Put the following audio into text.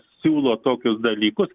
siūlo tokius dalykus